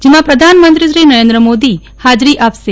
જેમાં પ્રધાનમંત્રી શ્રી નરેન્દ્ર મોદી હાજરી આપશે